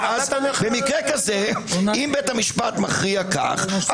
אני חושב שזה המודל היותר מתאים אלינו.